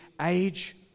age